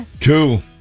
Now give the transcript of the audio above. Cool